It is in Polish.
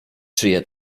czyje